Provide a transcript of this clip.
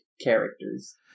characters